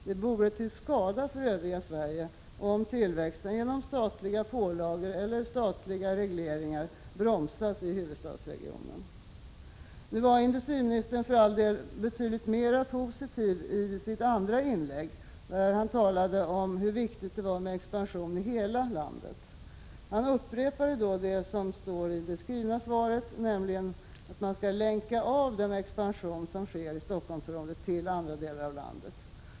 Det vore till skada för övriga Sverige om tillväxten genom statliga pålagor eller statliga regleringar bromsades i huvudstadsregionen. Nu var industriministern för all del betydligt mera positiv i sitt andra inlägg, där han talade om hur viktigt det är med expansion i hela landet. Han upprepade då det som står i interpellationssvaret, nämligen att man skall ”länka av den expansion som nu sker i Stockholmsområdet” till andra delar av landet.